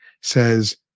says